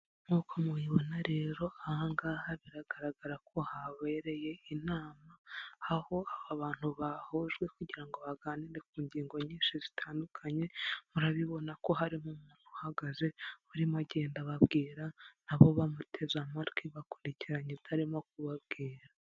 Nk'uko mubiyibona rero ahangaha biragaragara ko habereye inama. Aho abantu bahujwe kugira ngo baganire ku ngingo nyinshi zitandukanye. Murabibona ko harimo umuntu uhagaze, urimo agenda ababwira nabo bamuteze amatwi bakurikiranye ibyo arimo kubabwira.